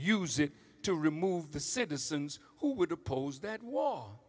use it to remove the citizens who would oppose that wall